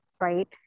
right